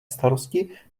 starosti